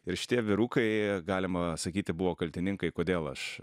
ir šitie vyrukai galima sakyti buvo kaltininkai kodėl aš